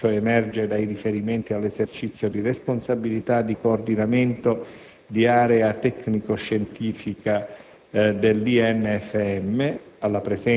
Nel caso della dottoressa Maria Cristina Battaglia ciò emerge dai riferimenti all'esercizio di responsabilità di coordinamento di area tecnico-scientifica